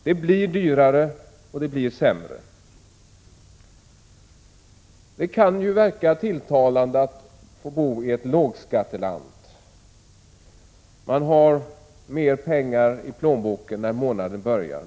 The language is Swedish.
Det blir dyrare och sämre. Det kan verka tilltalande att få bo i ett lågskatteland. Man har mer pengar i plånboken när månaden börjar.